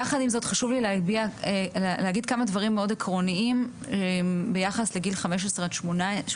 יחד עם זאת חשוב לי להגיד כמה דברים מאוד עקרוניים ביחס לגיל 15 עד 18,